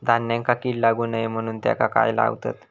धान्यांका कीड लागू नये म्हणून त्याका काय लावतत?